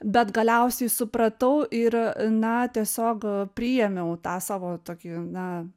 bet galiausiai supratau ir a na tiesiog priėmiau tą savo tokį na